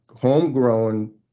homegrown